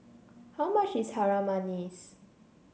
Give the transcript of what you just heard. how much is Harum Manis